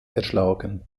erschlagen